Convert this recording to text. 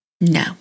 no